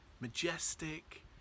majestic